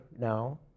now